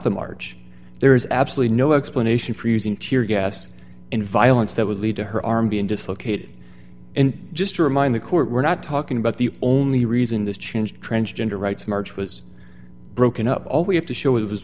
the march there is absolutely no explanation for using tear gas and violence that would lead to her arm being dislocated and just to remind the court we're not talking about the only reason this changed transgender rights march was broken up all we have to show it was